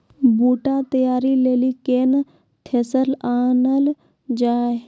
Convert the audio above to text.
बूटा तैयारी ली केन थ्रेसर आनलऽ जाए?